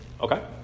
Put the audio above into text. okay